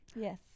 Yes